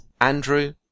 andrew